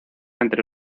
entre